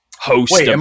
host